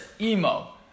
Emo